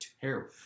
terrible